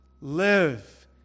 live